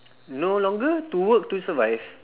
no longer to work to survive